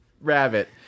rabbit